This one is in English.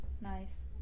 Nice